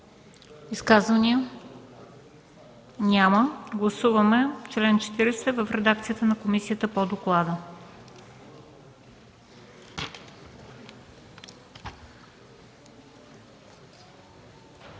Изказвания? Няма. Гласуваме чл. 40 в редакцията на комисията по доклада.